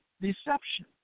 deception